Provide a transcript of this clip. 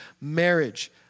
marriage